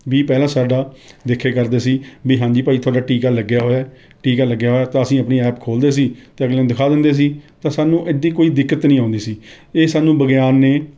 ਵੀ ਪਹਿਲਾਂ ਸਾਡਾ ਦੇਖੇ ਕਰਦੇ ਸੀ ਵੀ ਹਾਂਜੀ ਭਾਈ ਤੁਹਾਡਾ ਟੀਕਾ ਲੱਗਿਆ ਹੋਇਆ ਹੈ ਟੀਕਾ ਲੱਗਿਆ ਹੋਇਆ ਹੈ ਤਾਂ ਅਸੀਂ ਆਪਣੀ ਐਪ ਖੋਲਦੇ ਸੀ ਅਤੇ ਅਗਲੇ ਨੂੰ ਦਿਖਾ ਦਿੰਦੇ ਸੀ ਤਾਂ ਸਾਨੂੰ ਇੱਡੀ ਕੋਈ ਦਿੱਕਤ ਨਹੀਂ ਆਉਂਦੀ ਸੀ ਇਹ ਸਾਨੂੰ ਵਿਗਿਆਨ ਨੇ